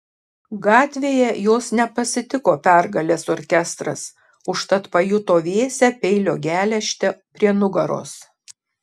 gatvėje jos nepasitiko pergalės orkestras užtat pajuto vėsią peilio geležtę prie nugaros